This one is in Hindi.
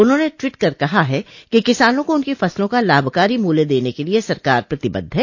उन्होंने ट्वीट कर कहा है कि किसानों को उनकी फसला का लाभकारी मूल्य देने के लिए सरकार प्रतिबद्ध है